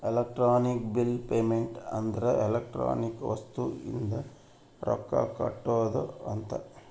electronic bill payment ಅಂದ್ರ electronic ವಸ್ತು ಇಂದ ರೊಕ್ಕ ಕಟ್ಟೋದ ಅಂತ